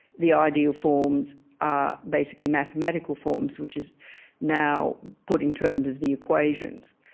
the ideal forms are basically mathematical forms, which is now put in terms of the equations.